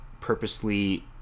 purposely